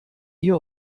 ihr